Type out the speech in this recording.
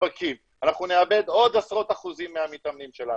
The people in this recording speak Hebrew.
נדבקים ואנחנו נאבד עוד עשרות אחוזים מהמתאמנים שלנו.